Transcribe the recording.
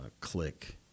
click